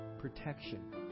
protection